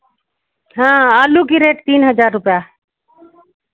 हाँ आलू की रेट तीन हज़ार रुपैया